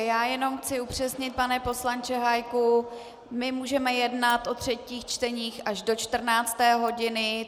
Já jenom chci upřesnit, pane poslanče Hájku, my můžeme jednat o třetích čteních až do 14. hodiny.